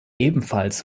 ebenfalls